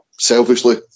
selfishly